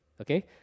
okay